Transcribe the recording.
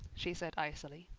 she said icily.